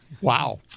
Wow